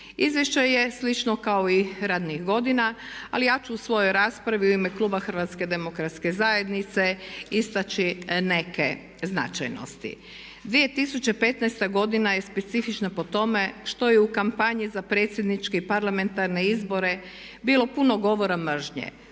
Izvješće je slično kao i ranijih godina ali ja ću u svojoj raspravi u ime Kluba HDZ-a istaći neke značajnosti. 2015.godina je specifična po tome što je u kampanji za predsjedničke i parlamentarne izbore bilo puno govora mržnje,